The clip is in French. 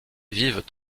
vivent